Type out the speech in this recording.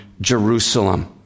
Jerusalem